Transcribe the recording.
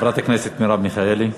חברת הכנסת מרב מיכאלי.